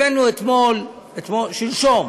הבאנו שלשום